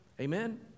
Amen